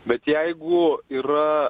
bet jeigu yra